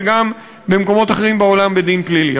וגם במקומות אחרים בעולם בדין פלילי.